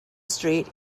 street